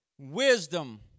Wisdom